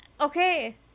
Okay